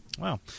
Wow